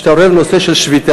כשאתה רואה בנושא של שביתה,